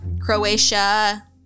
Croatia